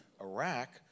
Iraq